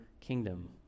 kingdom